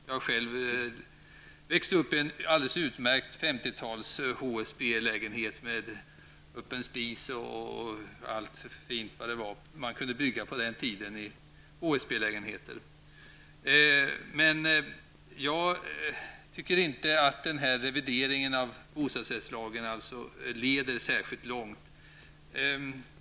Jag har själv växt upp i en alldeles utmärkt HSB-lägenhet från 50-talet med öppen spis och annat fint som man kunde bygga på den tiden i HSB-lägenheter. Jag tycker inte att den här revideringen av bostadsrättslagen leder särskilt långt.